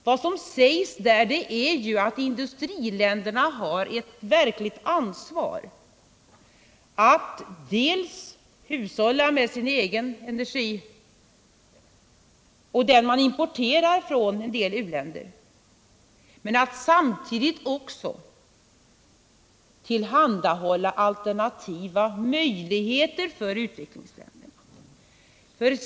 Vad som sägs är att i-länderna har ett verkligt ansvar för att hushålla med sin egen energi — man importerar ju från en del u-länder — och samtidigt tillhandahålla alternativa möjligheter för utvecklingsländerna.